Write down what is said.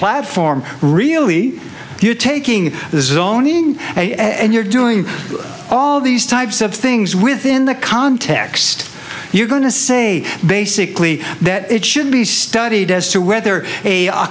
platform really you're taking zoning and you're doing all these types of things within the context you're going to say basically that it should be studied as to whether a